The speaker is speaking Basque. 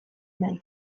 naiz